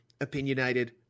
opinionated